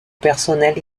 personnel